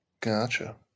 Gotcha